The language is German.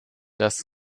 das